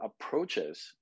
approaches